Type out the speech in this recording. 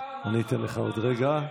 עוד רגע.